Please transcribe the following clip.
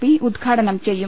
P ഉദ്ഘാ ടനം ചെയ്യും